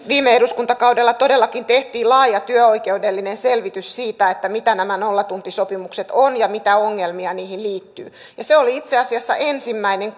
viime eduskuntakaudella todellakin tehtiin laaja työoikeudellinen selvitys siitä mitä nämä nollatuntisopimukset ovat ja mitä ongelmia niihin liittyy se oli itse asiassa ensimmäinen